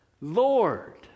Lord